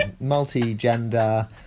multi-gender